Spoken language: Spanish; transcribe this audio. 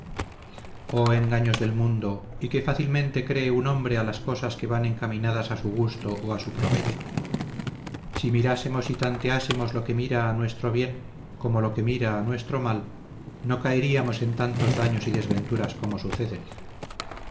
oh engaños del mundo y qué fácilmente cree un hombre las cosas que van encaminadas a su gusto o a su provecho si mirásemos y tanteásemos lo que mira a nuestro bien como lo que mira a nuestro mal no caeríamos en tantos daños y desventuras como suceden